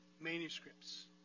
Manuscripts